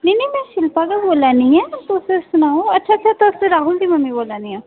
नेईं नेईं में शिल्पा गै बोल्ला निं ऐं तुस सनाओ अच्छा अच्छा तुस राहुल दी मम्मी बोल्ला निं आं